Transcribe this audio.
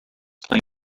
play